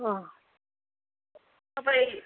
तपाईँ